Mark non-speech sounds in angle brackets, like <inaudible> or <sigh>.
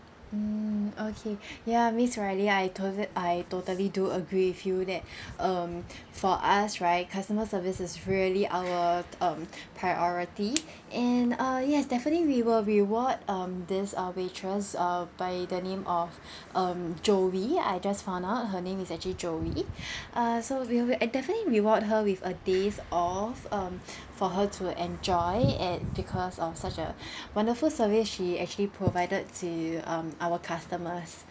mm okay <breath> ya miss riley I total I totally do agree with you that <breath> um <breath> for us right customer service is really our um <breath> priority <breath> and uh yes definitely we will reward um this uh waitress uh by the name of <breath> um joey I just found out her name is actually joey <breath> uh so we will eh definitely reward her with a days off um <breath> for her to enjoy at because of such a <breath> wonderful service she actually provided to um our customers